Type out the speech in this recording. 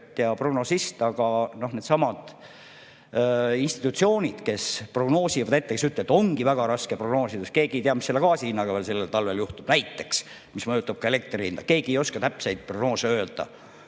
ega prognosist, aga needsamad institutsioonid, kes prognoosivad, ütlevad, et ongi väga raske prognoosida, sest keegi ei tea, mis selle gaasi hinnaga veel sellel talvel juhtub näiteks, mis mõjutab ka elektri hinda. Keegi ei oska täpseid prognoose öelda.